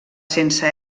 sense